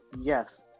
Yes